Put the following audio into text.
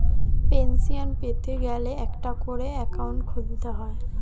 pension পেতে গেলে একটা করে অ্যাকাউন্ট খুলতে হয়